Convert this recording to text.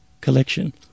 collection